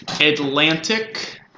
Atlantic